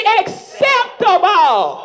acceptable